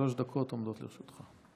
שלוש דקות עומדות לרשותך.